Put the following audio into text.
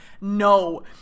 no